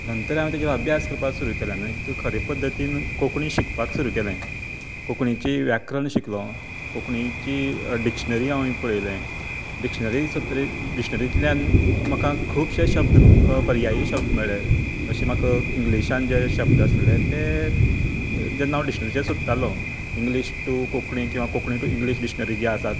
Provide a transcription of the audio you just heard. नंतर हांवेन तेजेर अभ्यास करपाक सुरूं केलो मागीर खरें पद्दतीन कोंकणी शिकपाक सुरवात केलें कोंकणीची व्याकरण शिकलो कोंकणीची डिक्शनरी हांवेन पळयलें डिक्शनरी सोदतरेच डिक्शनरिंतल्यान म्हाका खूबशे शब्द पर्यायी शब्द मेळ्ळे जशे म्हाका इंग्लीशान जे शब्द आसले तें जेन्ना हांव डिक्शनरीचेर सोदतालों इंग्लीश टू कोंकणी किंवां कोंकणी टू इंग्लीश डिक्शनरी जी आसा